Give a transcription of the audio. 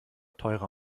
teurer